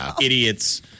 idiots